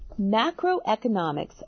Macroeconomics